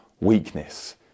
weakness